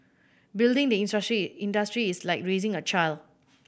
building the industry is like raising a child